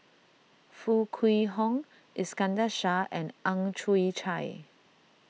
Foo Kwee Horng Iskandar Shah and Ang Chwee Chai